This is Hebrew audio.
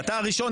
ואתה הראשון,